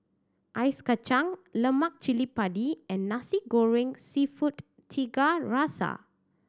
Ice Kachang lemak cili padi and Nasi Goreng Seafood Tiga Rasa